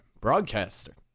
broadcaster